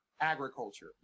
agriculture